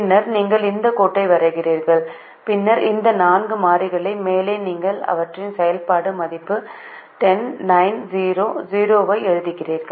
பின்னர் நீங்கள் இந்த கோட்டை வரைகிறீர்கள் பின்னர் இந்த நான்கு மாறிகளின் மேலே நீங்கள் அவற்றின் செயல்பாடு மதிப்பு 10 9 0 0 ஐ எழுதுகிறீர்கள்